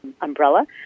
umbrella